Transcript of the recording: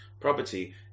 property